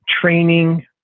training